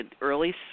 early